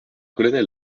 colonel